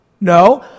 No